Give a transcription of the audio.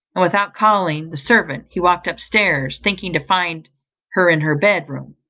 and without calling the servant he walked up stairs, thinking to find her in her bed room.